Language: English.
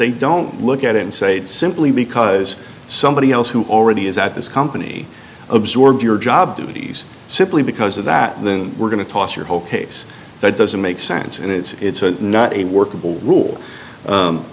they don't look at it and say simply because somebody else who already is at this company absorbed your job duties simply because of that then we're going to toss your whole case that doesn't make sense and it's not a workable rule